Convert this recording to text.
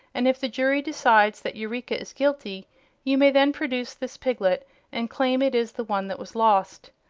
and if the jury decides that eureka is guilty you may then produce this piglet and claim it is the one that was lost.